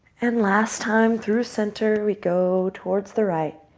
and last time, through center, we go towards the right.